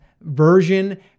version